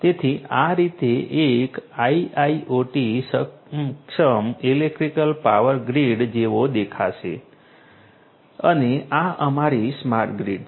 તેથી આ રીતે એક IIoT સક્ષમ ઇલેક્ટ્રિકલ પાવર ગ્રીડ જેવો દેખાશે અને આ અમારી સ્માર્ટ ગ્રીડ છે